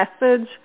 message